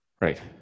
Right